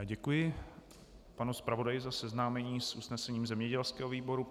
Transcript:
Děkuji panu zpravodaji za seznámení s usnesením zemědělského výboru.